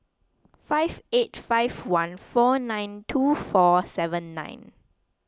five eight five one four nine two four seven nine